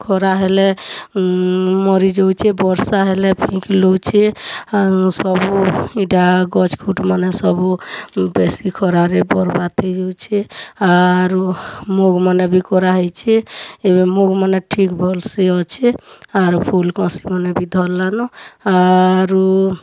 ଖରା ହେଲେ ମରି ଯାଉଛେ ବର୍ଷା ହେଲେ ହୋଉଛେ ଆଉ ସବୁ ଇଟା ଗଛ ଫୁଟ ମାନେ ସବୁ ବେଶୀ ଖରାରେ ବରବାଦ୍ ହେଇ ଯାଉଛେ ଆରୁ ମୁଗ ମାନେ ବି କରା ହେଇଛେ ଏବେ ମୁଗ ମାନେ ଠିକ୍ ଭଲ୍ ସେ ଅଛେ ଆରୁ ଫୁଲ କଷି ମାନେ ବି ଧରିଲାନି ଆରୁ